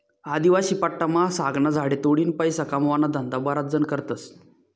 आदिवासी पट्टामा सागना झाडे तोडीन पैसा कमावाना धंदा बराच जण करतस